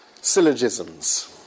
syllogisms